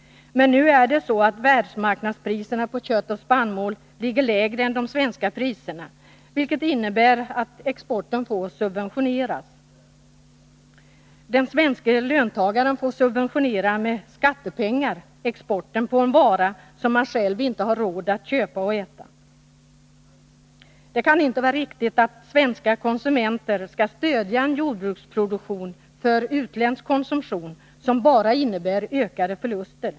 Men nu är det så att världsmarknadspriserna på kött och spannmål ligger lägre än de svenska priserna, vilket innebär att exporten får subventioneras. Den svenske löntagaren får med skattepengar subventionera export av en vara som han själv inte har råd att köpa och äta. Det kan inte vara riktigt att svenska konsumenter skall stödja en jordbruksproduktion för utländsk konsumtion som bara innebär ökade förluster.